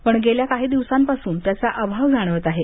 पण गेल्या काही दिवसांपासून त्याचा अभाव जाणवत आहे